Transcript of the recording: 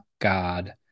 God